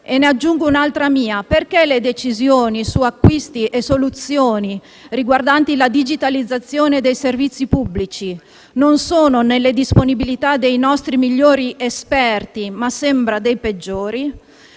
Ne aggiungo un'altra mia: perché le decisioni su acquisti e soluzioni riguardanti la digitalizzazione dei servizi pubblici non sono nelle disponibilità dei nostri migliori esperti, ma sembra dei peggiori?